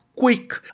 quick